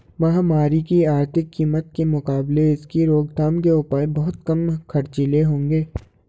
महामारी की आर्थिक कीमत के मुकाबले इसकी रोकथाम के उपाय बहुत कम खर्चीले होंगे